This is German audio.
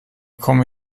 komme